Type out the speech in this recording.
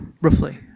roughly